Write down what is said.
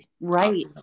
right